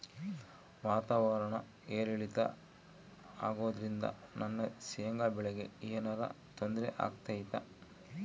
ವಾತಾವರಣ ಏರಿಳಿತ ಅಗೋದ್ರಿಂದ ನನ್ನ ಶೇಂಗಾ ಬೆಳೆಗೆ ಏನರ ತೊಂದ್ರೆ ಆಗ್ತೈತಾ?